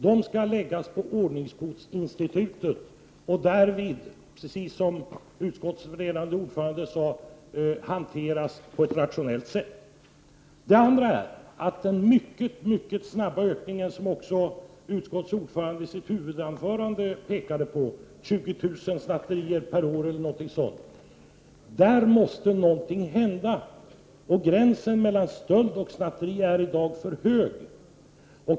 De skall inordnas under ordningsbotsinstitutet, och därvid — precis som utskottets ordförande sade — hanteras på ett rationellt sätt. När det gäller den mycket snabba ökningen som också utskottets ordförande i sitt huvudanförande pekade på — 20 000 snatterier per år — måste någonting hända. Gränsen mellan stöld och snatteri är i dag för hög.